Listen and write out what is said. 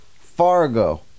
Fargo